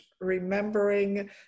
remembering